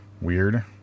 weird